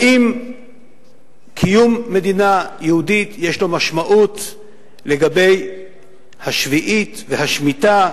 האם קיום מדינה יהודית יש לו משמעות לגבי השביעית והשמיטה,